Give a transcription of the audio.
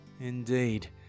Indeed